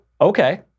Okay